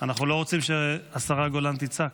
אנחנו לא רוצים שהשרה גולן תצעק.